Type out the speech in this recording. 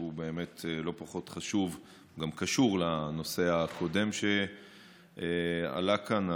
שהוא באמת לא פחות חשוב וגם קשור לנושא הקודם שעלה כאן,